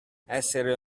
essere